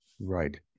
Right